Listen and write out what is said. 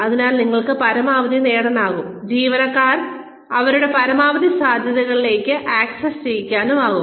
അതിനാൽ നിങ്ങൾക്ക് പരമാവധി നേടാനാകും ജീവനക്കാരെ അവരുടെ പരമാവധി സാധ്യതകളിലേക്ക് ആക്സസ് ചെയ്യിക്കാനാകും